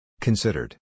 Considered